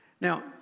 Now